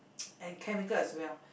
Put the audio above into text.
and chemical as well